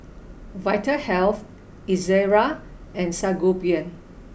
Vitahealth Ezerra and Sangobion